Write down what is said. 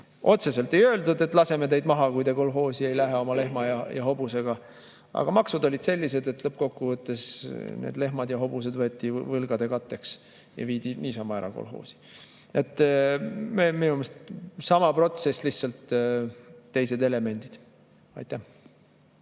Otseselt ei öeldud, et laseme teid maha, kui te kolhoosi ei lähe oma lehma ja hobusega, aga maksud olid sellised, et lõppkokkuvõttes need lehmad ja hobused võeti võlgade katteks ära ja viidi niisama kolhoosi. Minu meelest [on nüüd] sama protsess, lihtsalt elemendid on